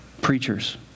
preachers